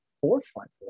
forefront